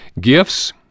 Gifts